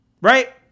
right